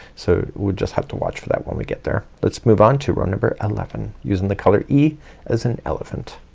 so we'll just have to watch for that when we get there. let's move on to row number eleven using the color e as an elephant.